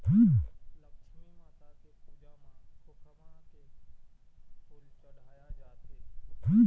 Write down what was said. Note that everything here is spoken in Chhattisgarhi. लक्छमी माता के पूजा म खोखमा के फूल चड़हाय जाथे